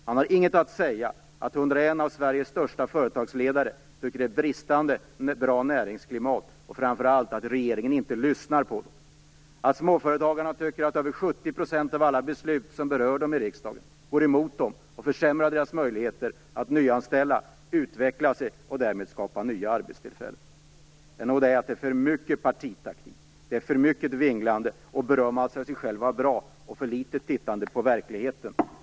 Han har inget att säga om att 101 av Sveriges största företagsledare tycker att det finns brister i näringsklimatet och framför allt att regeringen inte lyssnar på dem. Han har inget att säga om att småföretagarna tycker att över 70 % av alla beslut som berör dem i riksdagen går emot dem och försämrar deras möjligheter att nyanställa, utveckla sig och därmed skapa nya arbetstillfällen. Det handlar nog om att det är för mycket partitaktik, för mycket vinglande, för mycket berömmande av det man själv gör och för litet tittande på verkligheten.